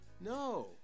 No